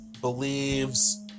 believes